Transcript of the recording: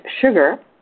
Sugar